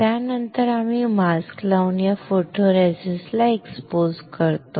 त्यानंतर आम्ही मास्क लावून या फोटोरेसिस्ट ला एक्सपोज करतो